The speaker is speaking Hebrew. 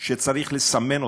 שצריך לסמן אותן,